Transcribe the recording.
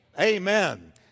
Amen